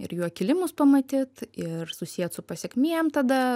ir jo kilimus pamatyt ir susiet su pasekmėm tada